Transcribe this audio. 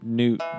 Newt